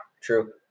True